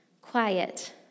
quiet